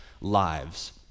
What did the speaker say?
lives